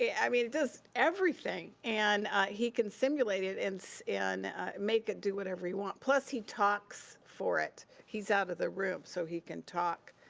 i mean, it does everything and he can simulate it and so and make it do whatever he wants. plus, he talks for it. he's out of the room, so he can talk.